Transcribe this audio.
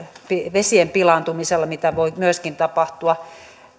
vesien pilaantuminen mitä voi myöskin tapahtua